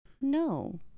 No